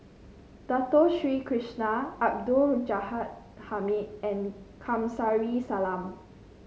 Dato Sri Krishna Abdul Ghani Hamid and Kamsari Salam